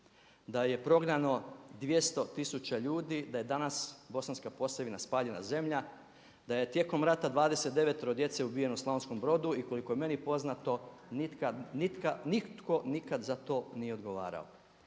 da je prognano 200 tisuća ljudi, da je danas Bosanska Posavina spaljena zemlja, da je tijekom rata 29 djece ubijeno u Slavonskom Brodu i koliko je meni poznato nitko nikad za to nije odgovara.